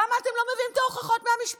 למה אתם לא מביאים את ההוכחות מהמשפט?